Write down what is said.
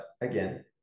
again